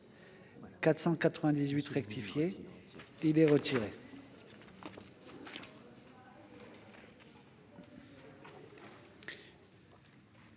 498 rectifié est retiré.